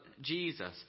Jesus